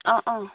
অঁ অঁ